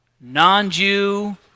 non-Jew